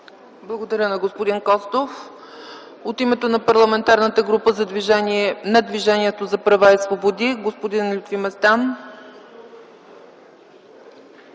Благодаря на господин Костов. От името на Парламентарната група на Движението за права и свободи господин Лютви Местан.